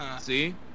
See